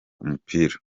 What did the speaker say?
umupira